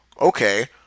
Okay